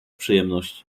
przyjemności